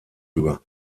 über